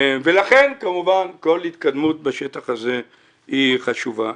לכן כמובן כל התקדמות בשטח הזה היא חשובה.